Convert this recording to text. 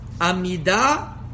Amida